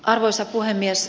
arvoisa puhemies